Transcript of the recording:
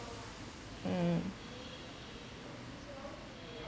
mm